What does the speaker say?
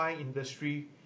industry